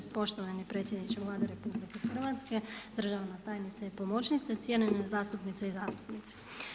Poštovani predsjedniče Vlade RH, državna tajnice i pomoćnice, cijenjene zastupnice i zastupnici.